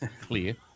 clear